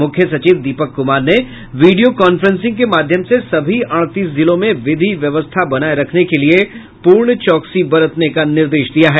मुख्य सचिव दीपक कुमार ने वीडियो कॉन्फ्रेंसिग के माध्यम से सभी अड़तीस जिलों में विधि व्यवस्था बनाये रखने के लिए पूर्ण चौकसी बरतने का निर्देश दिया है